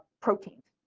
proteins.